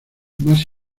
más